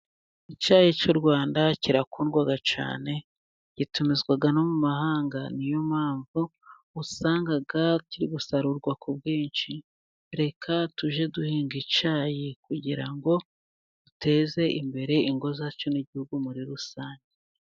Icyayi cy'u Rwanda kirakundwa cyane. Gitumizwa no mu mahanga. Ni yo mpamvu, usanga kiri gusarurwa ku bwinshi. Reka tujye duhinga icyayi, kugira ngo duteze imbere ingo zacu, n'igihugu muri rusange.